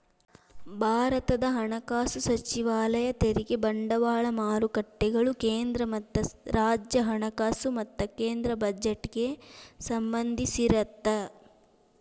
ಭಾರತದ ಹಣಕಾಸು ಸಚಿವಾಲಯ ತೆರಿಗೆ ಬಂಡವಾಳ ಮಾರುಕಟ್ಟೆಗಳು ಕೇಂದ್ರ ಮತ್ತ ರಾಜ್ಯ ಹಣಕಾಸು ಮತ್ತ ಕೇಂದ್ರ ಬಜೆಟ್ಗೆ ಸಂಬಂಧಿಸಿರತ್ತ